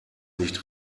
nicht